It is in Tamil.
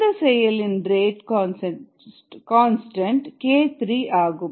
இந்த செயலின் ரேட் கான்ஸ்டன்ட் k3 ஆகும்